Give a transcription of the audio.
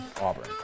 Auburn